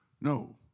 no